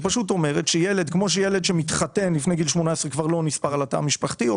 היא פשוט אומרת שכמו שילד שמתחתן בגיל 18 לא נספר בתא המשפחתי,